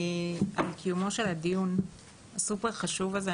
על קיומו של הדיון הסופר חשוב הזה.